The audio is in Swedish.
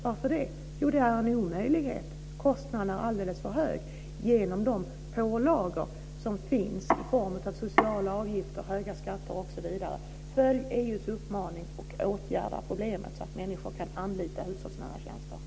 Varför det? Jo, därför att det är en omöjlighet. Kostnaden är alldeles för hög genom de pålagor som finns i form av sociala avgifter, höga skatter osv. Följ EU:s uppmaning och åtgärda problemet, så att människor kan anlita hushållsnära tjänster.